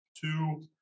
two